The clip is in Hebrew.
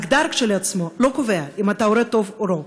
המגדר כשלעצמו לא קובע אם אתה הורה טוב או לא.